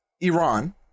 Iran